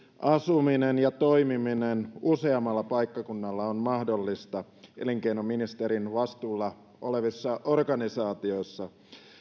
asuminen ja toimiminen useammalla paikkakunnalla on mahdollista elinkeinoministerin vastuulla olevissa organisaatioissa